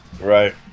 Right